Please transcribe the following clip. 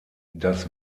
das